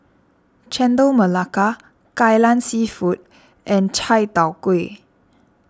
Chendol Melaka Kai Lan Seafood and Chai Tow Kuay